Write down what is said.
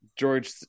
George